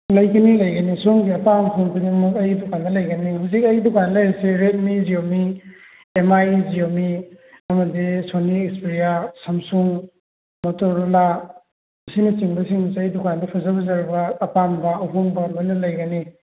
ꯂꯩꯒꯅꯤ ꯂꯩꯒꯅꯤ ꯁꯣꯝꯒꯤ ꯑꯄꯥꯝꯕ ꯐꯣꯟ ꯈꯨꯗꯤꯡꯃꯛ ꯑꯩꯒꯤ ꯗꯨꯀꯥꯟꯗ ꯂꯩꯒꯅꯤ ꯍꯧꯖꯤꯛ ꯑꯩꯒꯤ ꯗꯨꯀꯥꯟꯗ ꯂꯩꯔꯤꯁꯦ Redmi Xiaomi Mi Xiaomi ꯑꯃꯗꯤ ꯁꯣꯅꯤ ꯁ꯭ꯄꯤꯌꯥ ꯁꯝꯁꯨꯡ ꯃꯣꯇꯣꯔꯣꯂꯥ ꯑꯁꯤꯅꯆꯤꯡꯕꯁꯤꯡꯁꯤ ꯑꯩꯒꯤ ꯗꯨꯀꯥꯟꯗ ꯐꯖ ꯐꯖꯔꯕ ꯑꯄꯥꯝꯕ ꯑꯍꯣꯡꯕ ꯂꯣꯏꯅ ꯂꯩꯒꯅꯤ